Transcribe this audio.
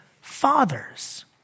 fathers